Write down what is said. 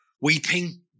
weeping